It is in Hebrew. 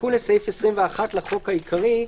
תיקון לסעיף 21 לחוק העיקרי.